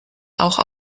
auch